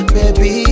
Baby